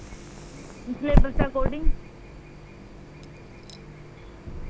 syllabus दे according